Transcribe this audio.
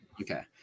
Okay